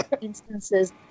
instances